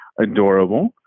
adorable